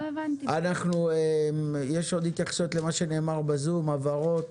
האם יש בזום עוד התייחסויות למה שנאמר, הבהרות?